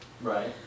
Right